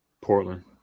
Portland